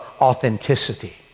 authenticity